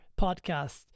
podcast